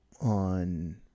on